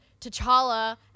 T'Challa